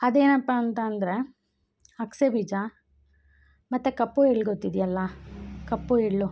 ಅದೇನಪ್ಪ ಅಂತ ಅಂದರೆ ಅಗ್ಸೆ ಬೀಜ ಮತ್ತು ಕಪ್ಪು ಎಳ್ಳು ಗೊತ್ತಿದೆಯಲ್ಲ ಕಪ್ಪು ಎಳ್ಳು